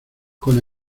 con